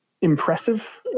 impressive